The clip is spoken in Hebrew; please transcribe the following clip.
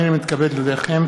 הנני מתכבד להודיעכם,